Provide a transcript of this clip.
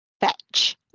fetch